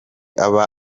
aba